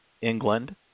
England